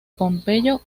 pompeyo